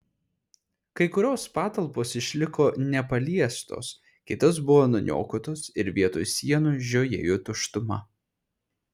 kai kurios patalpos išliko nepaliestos kitos buvo nuniokotos ir vietoj sienų žiojėjo tuštuma